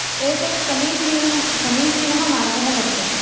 एतत् समीचीनः समीचीनः मार्गः वर्तते